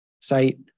site